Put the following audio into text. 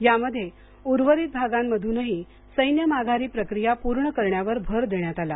यामध्ये उर्वरित भागांमधूनही सैन्य माघारी प्रक्रिया पूर्ण करण्यावर भर देण्यात आला